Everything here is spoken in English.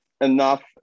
enough